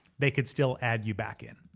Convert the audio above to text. they could still add you back in.